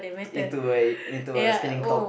into a into a spinning top